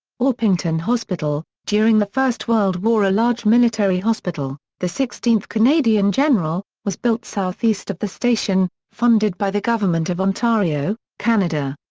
orpington hospital during the first world war a large military hospital, the sixteenth canadian general, was built south-east of the station, funded by the government of ontario, canada.